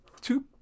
two